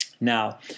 Now